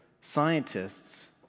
scientists